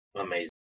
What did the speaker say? Amazing